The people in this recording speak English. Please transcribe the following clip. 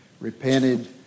repented